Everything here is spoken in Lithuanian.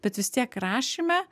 bet vis tiek rašyme